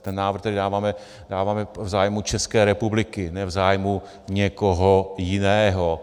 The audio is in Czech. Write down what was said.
Ten návrh, který dáváme, dáváme v zájmu České republiky, ne v zájmu někoho jiného.